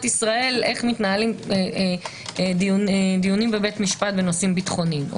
ישראל איך מתנהלים דיונים בבתי משפט בנושאים ביטחוניים.